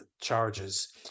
charges